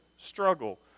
struggle